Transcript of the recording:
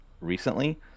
recently